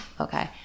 okay